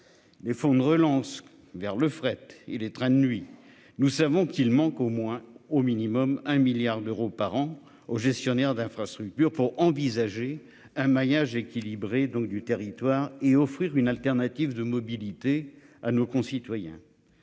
Les fonds de relance vers le fret et les trains de nuit. Nous savons qu'il manque au moins au minimum 1 milliard d'euros par an aux gestionnaires d'infrastructures pour envisager un maillage équilibré, donc du territoire et offrir une alternative de mobilité à nos concitoyens.